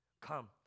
Come